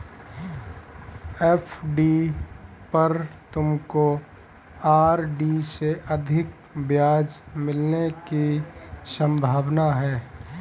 FD पर तुमको RD से अधिक ब्याज मिलने की संभावना है